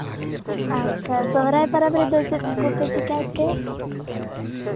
ᱟᱪᱪᱷᱟ ᱥᱚᱦᱚᱨᱟᱭ ᱯᱚᱨᱚᱵᱽ ᱨᱮᱫᱚ ᱪᱮᱫ ᱠᱚᱯᱮ ᱪᱤᱠᱟᱹᱭᱛᱮ